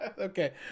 Okay